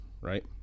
right